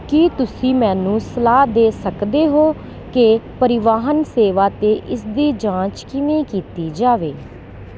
ਕੀ ਤੁਸੀਂ ਮੈਨੂੰ ਸਲਾਹ ਦੇ ਸਕਦੇ ਹੋ ਕਿ ਪਰਿਵਾਹਨ ਸੇਵਾ ਤੇ ਇਸ ਦੀ ਜਾਂਚ ਕਿਵੇਂ ਕੀਤੀ ਜਾਵੇ